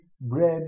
bread